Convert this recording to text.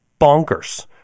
bonkers